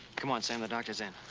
come on, sam, the doctor's in.